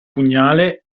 pugnale